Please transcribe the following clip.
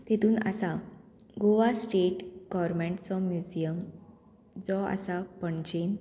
तितून आसा गोवा स्टेट गोर्मेंटचो म्युजियम जो आसा पणजेंत